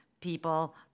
people